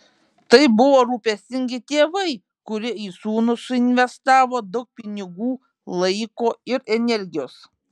tai buvo rūpestingi tėvai kurie į sūnų suinvestavo daug pinigų laiko ir energijos